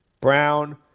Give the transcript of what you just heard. Brown